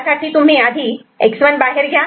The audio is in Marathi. तर आधी तुम्ही X1 बाहेर घ्या